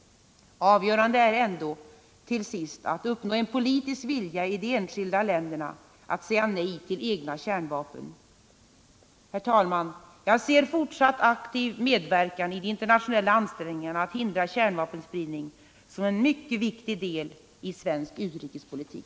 Avgörande är ändå till sist att uppnå en politisk vilja i de enskilda länderna att säga nej till egna kärnvapen. Herr talman! Jag ser fortsatt aktiv medverkan i de internationella ansträngningarna att hindra kärnvapenspridning som en mycket viktig del i svensk utrikespolitik.